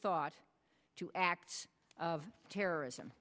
thought to acts of terrorism